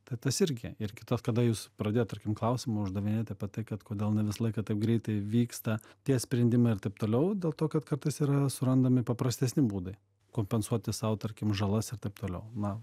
tai tas irgi ir kitas kada jūs pradėjot tarkim klausimų uždavinėti apie tai kad kodėl ne visą laiką taip greitai vyksta tie sprendimai ir taip toliau dėl to kad kartais yra surandami paprastesni būdai kompensuoti sau tarkim žalas ir taip toliau na